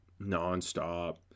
nonstop